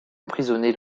emprisonné